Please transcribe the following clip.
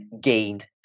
gained